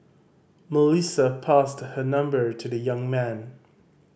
Melissa passed her number to the young man